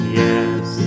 yes